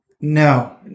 No